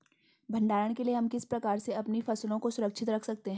भंडारण के लिए हम किस प्रकार से अपनी फसलों को सुरक्षित रख सकते हैं?